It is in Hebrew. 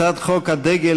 הצעת חוק הדגל,